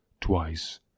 twice